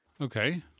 Okay